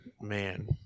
Man